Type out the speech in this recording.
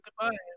goodbye